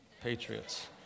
Patriots